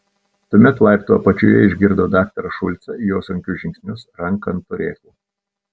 tuomet laiptų apačioje išgirdo daktarą šulcą jo sunkius žingsnius ranką ant turėklo